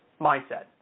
mindset